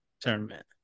tournament